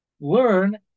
learn